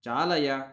चालय